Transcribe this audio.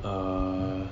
err